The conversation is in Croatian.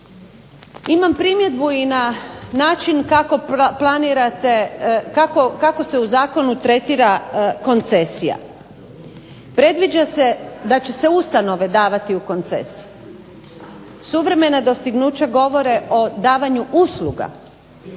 Imam primjedbu i na način kako planirate kako se u zakonu tretira koncesija. Predviđa se da će se ustanove davati u koncesije. Suvremena dostignuća govore o davanju usluga